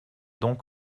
donc